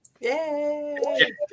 Yay